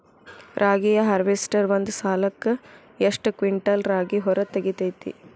ರಾಗಿಯ ಹಾರ್ವೇಸ್ಟರ್ ಒಂದ್ ಸಲಕ್ಕ ಎಷ್ಟ್ ಕ್ವಿಂಟಾಲ್ ರಾಗಿ ಹೊರ ತೆಗಿತೈತಿ?